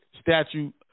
statute